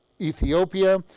Ethiopia